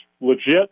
legit